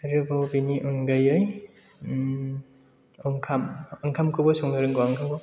आरोबाव बेनि अनगायै ओंखाम ओंखामखौबो संनो रोंगौ आं ओंखामखौ